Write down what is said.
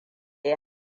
yi